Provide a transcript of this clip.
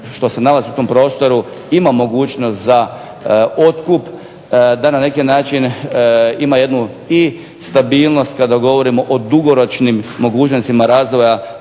tko od zastupnica ili zastupnika mogućnost za otkup, da na neki način ima jednu i stabilnost kada govorimo o dugoročnim mogućnostima razvoja